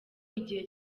igihe